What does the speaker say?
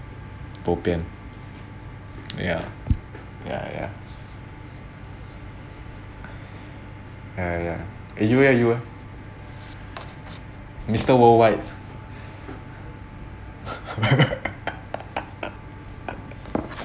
pop in ya ya ya ya ya eh you eh you ah mister world wide